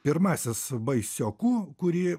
pirmasis baisioku kurį